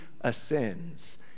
ascends